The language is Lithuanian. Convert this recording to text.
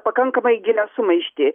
pakankamai gilią sumaištį